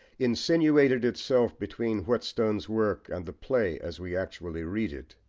insinuated itself between whetstone's work and the play as we actually read it.